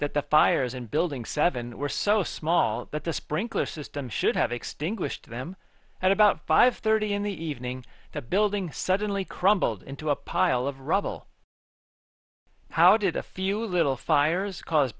that the fires in building seven were so small that the sprinkler system should have extinguished them at about five thirty in the evening the building suddenly crumbled into a pile of rubble how did a few little fires cause